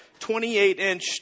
28-inch